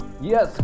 Yes